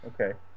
okay